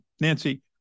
Nancy